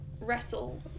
wrestle